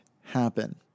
happen